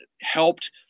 helped